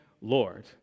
Lord